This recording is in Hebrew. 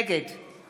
נגד